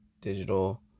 digital